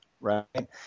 right